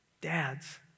Dads